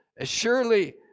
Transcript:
Surely